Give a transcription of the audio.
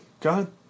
God